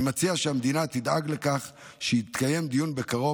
אני מציע שהמדינה תדאג לכך שיתקיים דיון בקרוב